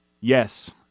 Yes